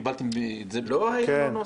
קיבלתם את זה --- לא היה בנוסח.